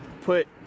put